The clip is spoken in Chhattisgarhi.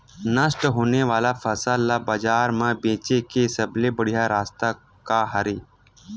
नष्ट होने वाला फसल ला बाजार मा बेचे के सबले बढ़िया रास्ता का हरे?